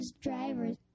drivers